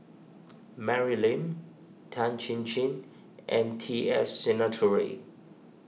Mary Lim Tan Chin Chin and T S Sinnathuray